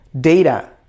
data